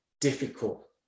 difficult